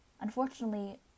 unfortunately